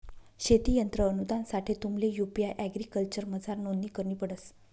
शेती यंत्र अनुदानसाठे तुम्हले यु.पी एग्रीकल्चरमझार नोंदणी करणी पडस